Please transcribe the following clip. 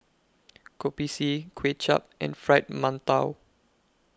Kopi C Kuay Chap and Fried mantou